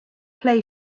play